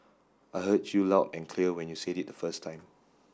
I heard you loud and clear when you said it the first time